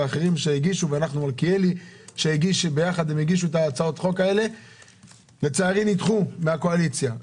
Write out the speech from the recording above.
מלכיאלי ואחרים שהוגשו נדחו על ידי הקואליציה לצערי.